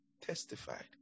testified